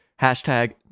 Hashtag